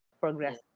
Progress